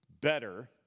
better